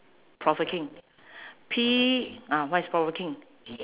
provoking P ah what is provoking